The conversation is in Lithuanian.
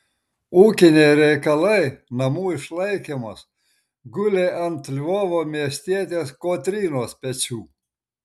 ūkiniai reikalai namų išlaikymas gulė ant lvovo miestietės kotrynos pečių